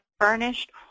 furnished